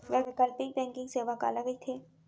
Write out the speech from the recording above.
वैकल्पिक बैंकिंग सेवा काला कहिथे?